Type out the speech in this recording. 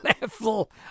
level